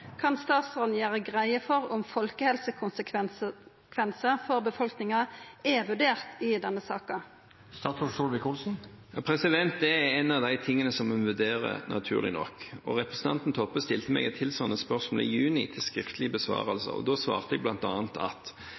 for befolkninga si helse der det er relevant. Kan statsråden gjere greie for om folkehelsekonsekvensar i befolkninga er vurderte i saka?» Det er en av de tingene som en vurderer – naturlig nok. Representanten Toppe stilte meg et tilsvarende spørsmål i juni, til skriftlig besvarelse. Da svarte jeg